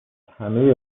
همهی